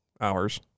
hours